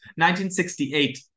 1968